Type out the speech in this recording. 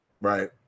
Right